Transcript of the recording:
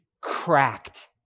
cracked